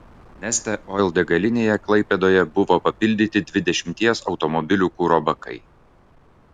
neste oil degalinėje klaipėdoje buvo papildyti dvidešimties automobilių kuro bakai